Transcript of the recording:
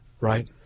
right